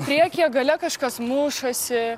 priekyje gale kažkas mušasi